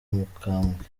mukambwe